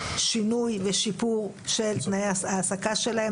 שינוי ושיפור של תנאי ההעסקה שלהם?